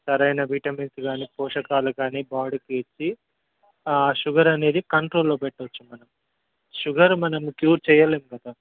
సరైన విటమిన్స్ కానీ పోషకాలు కానీ బాడీకి ఇచ్చి షుగర్ అనేది కంట్రోల్లో పెట్టచ్చు మనం షుగర్ని మనం క్యూర్ చేయలేం కదా